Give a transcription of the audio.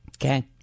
Okay